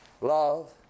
Love